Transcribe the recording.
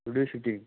video shooting